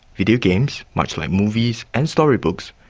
videogames, much like movies and storybooks,